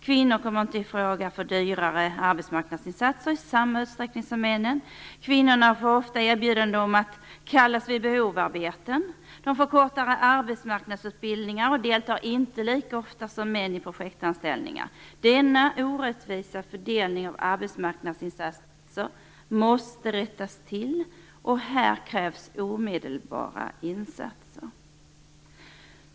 Kvinnor kommer inte i fråga för dyrare arbetsmarknadsinsatser i samma utsträckning som männen. Kvinnor får ofta erbjudanden om "kallas-vid-behov-arbeten". De får kortare arbetsmarknadsutbildningar och deltar inte i projektanställningar lika ofta som män. Denna orättvisa fördelning av arbetsmarknadsinsatser måste rättas till. Här krävs omedelbara insatser.